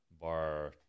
bar